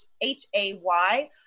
H-A-Y